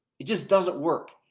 it just doesn't work.